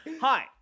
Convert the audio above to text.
Hi